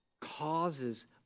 causes